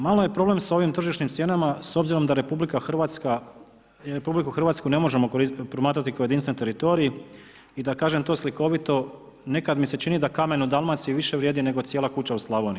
Malo je problem s ovim tržišnim cijenama s obzirom da RH, da RH ne možemo promatrati kao jedinstven teritorij i da kažem to slikovito, nekad mi se čini da kamen u Dalmaciji više vrijedi nego cijela kuća u Slavoniji.